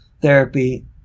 therapy